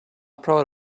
proud